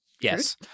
Yes